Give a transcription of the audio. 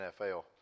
NFL